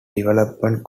development